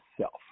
self